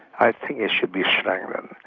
i think it should be strengthened.